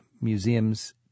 museums